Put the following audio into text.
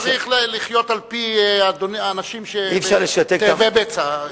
לא צריך לחיות על-פי אנשים תאבי בצע.